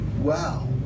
Wow